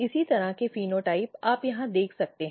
इसी तरह के फेनोटाइप आप यहां देख सकते हैं